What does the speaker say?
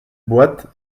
boite